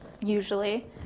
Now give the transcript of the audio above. usually